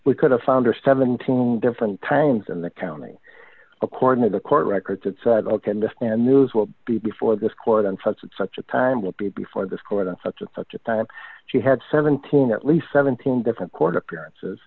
we could have found her seventeen different times in the county according to the court records it's in the news will be before this court and such and such a time will be before this court and such and such a time she had seventeen at least seventeen different court appearances